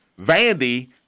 Vandy